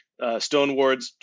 Stonewards